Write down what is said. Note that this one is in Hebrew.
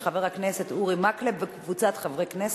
של חבר הכנסת אורי מקלב וקבוצת חברי הכנסת,